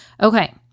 Okay